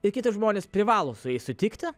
ir kiti žmonės privalo su jais sutikti